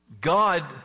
God